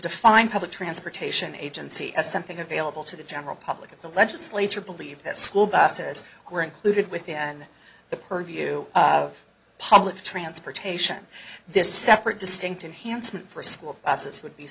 define public transportation agency as something available to the general public at the legislature believe that school buses were included within the purview of public transportation this separate distinct unhandsome for school would be